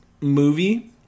movie